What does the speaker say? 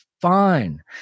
fine